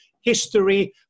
History